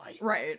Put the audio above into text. Right